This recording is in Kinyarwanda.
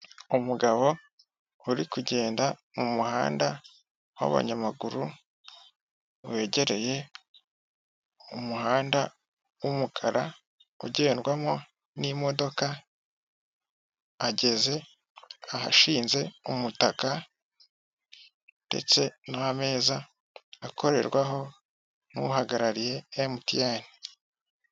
Umugabo uri kugenda mu muhanda w'abanyamaguru wegereye umuhanda w'umukara ugendwamo n'imodoka ageze ahashinze umutaka ndetse n'ameza akorerwaho n'uhagarariye MTN.